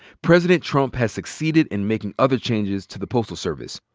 president trump has succeeded in making other changes to the postal service.